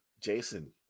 Jason